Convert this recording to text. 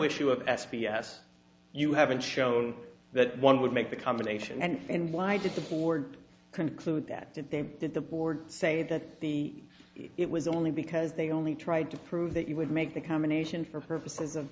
issue of s b s you haven't shown that one would make the combination and why did the board conclude that they did the board say that the it was only because they only tried to prove that you would make the combination for purposes of